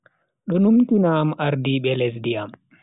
Do numtina am ardiibe lesdi am.